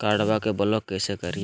कार्डबा के ब्लॉक कैसे करिए?